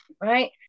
right